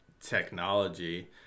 technology